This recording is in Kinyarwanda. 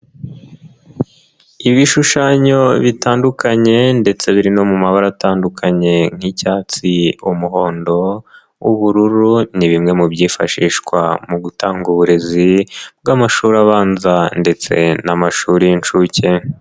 Ibishushanyo bitandukanye ndetse biri no mu mabara atandukanye nk'icyatsi, umuhondo, ubururu ni bimwe mu byifashishwa mu gutanga uburezi bw'amashuri abanza ndetse n'amashuri y'inshuke.